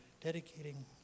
dedicating